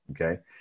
okay